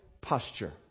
posture